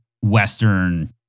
Western